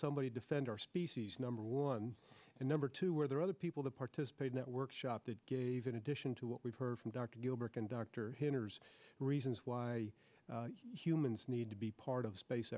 somebody defend our species number one and number two where there are other people to participate network shot that gave in addition to what we've heard from dr gilbert and dr hinders reasons why humans need to be part of space